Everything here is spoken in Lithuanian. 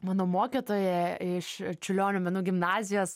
mano mokytoja iš čiurlionio menų gimnazijos